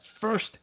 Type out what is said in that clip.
first